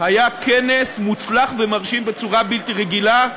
היה כנס מוצלח ומרשים בצורה בלתי רגילה.